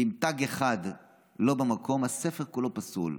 ואם תג אחד לא במקום, הספר כולו פסול.